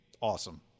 awesome